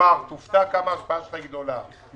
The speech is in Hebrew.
תופתע כמה ההשפעה שלך גדולה.